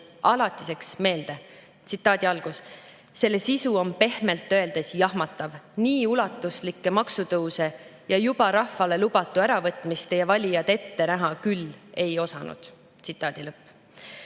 alatiseks meelde. Tsitaadi algus: "Selle sisu on pehmelt öeldes jahmatav. Nii ulatuslikke maksutõuse ja juba rahvale lubatu äravõtmist teie valijad ette näha küll ei osanud." Tsitaadi lõpp.